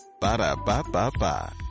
Ba-da-ba-ba-ba